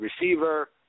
receiver